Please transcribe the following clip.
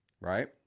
right